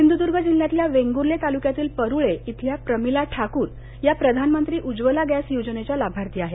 सिंधुदुर्ण जिल्ह्यातल्या वेंगुर्ले तालुक्यातील परुळे इथल्या प्रमिला ठाकूर या प्रधानमंत्री उज्ज्वला गॅस योजनेच्या लाभार्थी आहेत